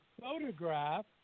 Photograph